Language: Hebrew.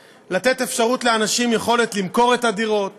אתה מספר לנו שיש בניין עם 250 ילדים שלא מחובר למים.